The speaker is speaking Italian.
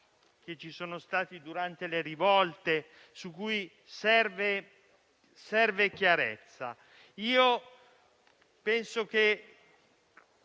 che ci sono stati durante le rivolte, su cui serve chiarezza. Ritengo che